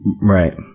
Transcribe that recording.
Right